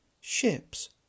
Ships